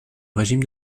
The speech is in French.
régime